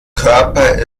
körper